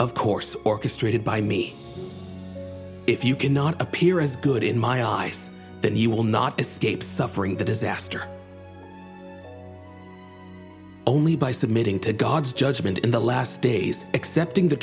of course orchestrated by me if you can not appear as good in my eyes that you will not escape suffering the disaster only by submitting to god's judgment in the last days accepting the